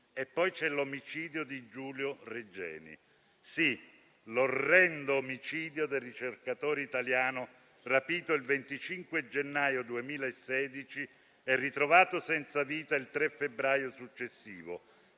poi l'omicidio di Giulio Regeni; sì, l'orrendo omicidio del ricercatore italiano rapito il 25 gennaio 2016 e ritrovato senza vita il 3 febbraio successivo,